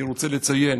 אני רוצה לציין